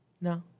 No